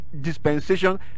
dispensation